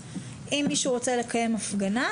אם מישהו רוצה לקיים הפגנה,